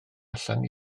allan